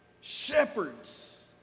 Shepherds